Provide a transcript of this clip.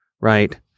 Right